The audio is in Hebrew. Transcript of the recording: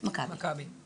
מכבי.